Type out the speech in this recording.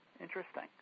interesting